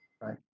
right